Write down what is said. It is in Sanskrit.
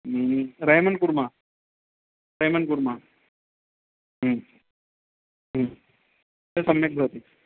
रेयमण्ड कुर्मः रेयमण्ड कुर्मः सम्यक् भवति